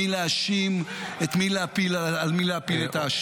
-- את מי להאשים, על מי להפיל את האשמה.